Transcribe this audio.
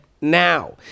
now